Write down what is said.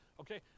okay